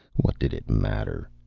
what did it matter?